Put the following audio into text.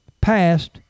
passed